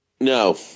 No